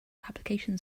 application